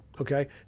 Okay